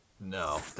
No